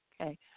okay